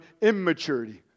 immaturity